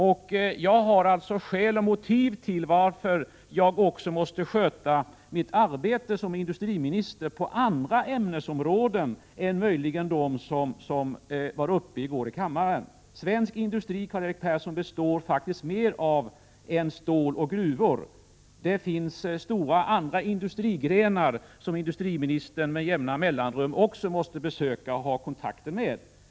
Det finns alltså skäl och motiv till att jag måste sköta mitt arbete som industriminister också när det gäller andra ämnesområden än de som togs uppi går här i kammaren. Svensk industri består faktiskt, Karl-Erik Persson, inte bara av ståloch gruvnäringen. Det finns också andra stora industrigrenar som en industriminister med jämna mellanrum måste besöka och ha kontakter med.